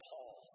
Paul